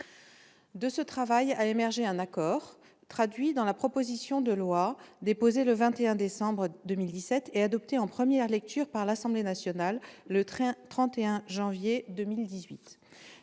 De ce travail a émergé un accord, traduit dans la proposition de loi déposée le 21 décembre 2017 et adoptée en première lecture par l'Assemblée nationale le 31 janvier 2018.